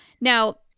Now